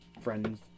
friends